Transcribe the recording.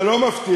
זה לא מפתיע.